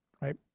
right